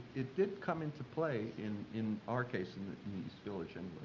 it did come into play in in our case in the east village and